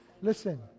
Listen